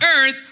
earth